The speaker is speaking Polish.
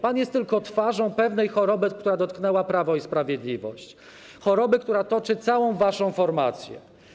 Pan jest tylko twarzą pewnej choroby, która dotknęła Prawo i Sprawiedliwość, choroby, która toczy całą waszą formację.